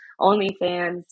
OnlyFans